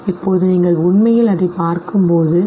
இப்போது நீங்கள் உண்மையில் அதைப் பார்க்கும்போது சரி